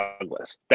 Douglas